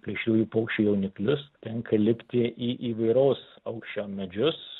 plėšriųjų paukščių jauniklius tenka lipti į įvairaus aukščio medžius